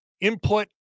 input